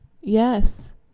Yes